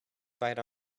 fight